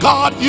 God